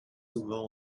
souvent